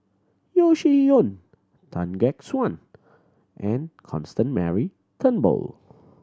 Yeo Shih Yun Tan Gek Suan and Constant Mary Turnbull